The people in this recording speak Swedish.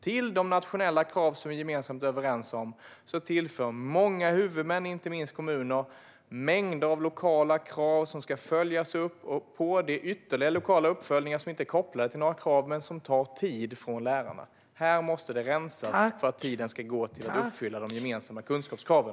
Till de nationella krav som vi gemensamt är överens om tillför många huvudmän, inte minst kommuner, mängder av lokala krav som ska följas upp, och på detta ytterligare lokala uppföljningar som inte är kopplade till några krav men som tar tid från lärarna. Här måste det rensas för att tiden ska gå till att uppfylla de gemensamma kunskapskraven.